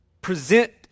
present